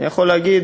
אני יכול להגיד,